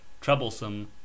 troublesome